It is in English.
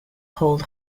hold